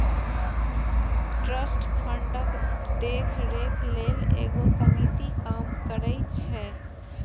trust फंडक देखरेख लेल एगो समिति काम करइ छै